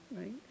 right